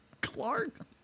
Clark